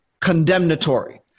condemnatory